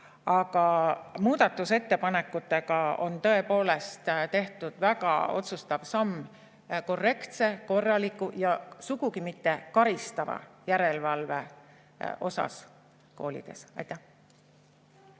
Aga muudatusettepanekutega on tõepoolest tehtud väga otsustav samm korrektse, korraliku ja sugugi mitte karistava järelevalve [kehtestamiseks]